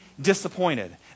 disappointed